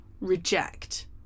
reject